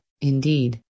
indeed